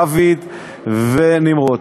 דוד ונמרוד.